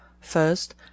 First